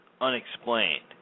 Unexplained